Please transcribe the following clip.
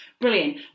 Brilliant